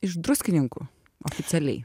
iš druskininkų oficialiai